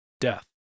death